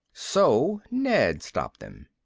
so ned stopped them.